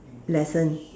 lesson